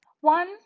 One